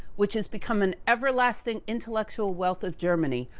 which has become an everlasting intellectual wealth of germany,